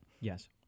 Yes